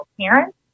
Parents